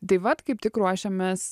tai vat kaip tik ruošiamės